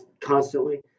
constantly